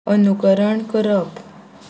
अनुकरण करप